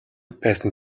байсан